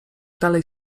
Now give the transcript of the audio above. dalej